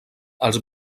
els